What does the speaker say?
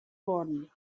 worden